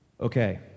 Okay